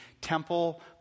temple